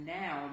now